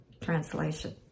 Translation